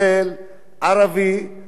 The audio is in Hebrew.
ערבי פלסטיני,